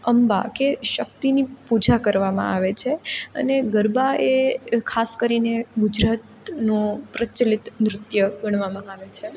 અંબા કે શક્તિની પૂજા કરવામાં આવે છે અને ગરબા એ ખાસ કરીને ગુજરાતનો પ્રચલિત નૃત્ય ગણવામાં આવે છે